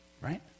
Right